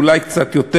אולי קצת יותר,